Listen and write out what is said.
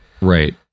right